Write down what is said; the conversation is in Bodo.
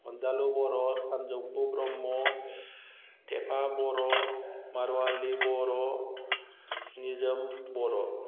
अनजालु बर' सानजौफु ब्रह्म थेफा बर' मारुवालि बर' निजोम बर'